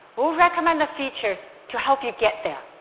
we'll recommend the features to help you get there.